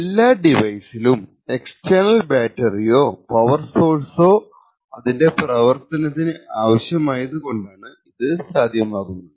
അല്ല ഡിവൈസിനും എക്സ്റ്റർണൽ ബാറ്റെറിയോ പവർ സോഴ്സൊ അതിന്റെ പ്രവർത്തനത്തിന് ആവശ്യമായത് കൊണ്ടാണ് ഇത് സാധ്യമാകുന്നത്